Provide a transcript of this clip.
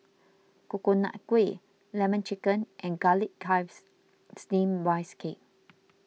Coconut Kuih Lemon Chicken and Garlic Chives Steamed Rice Cake